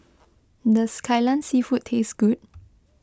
does Kai Lan Seafood taste good